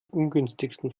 ungünstigsten